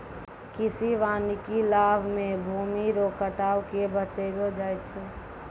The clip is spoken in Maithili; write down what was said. कृषि वानिकी लाभ मे भूमी रो कटाव के बचैलो जाय छै